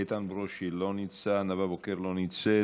איתן ברושי, לא נמצא, נאוה בוקר, לא נמצאת,